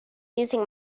using